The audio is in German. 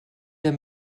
der